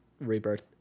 Rebirth